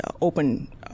open